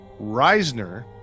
reisner